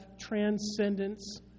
transcendence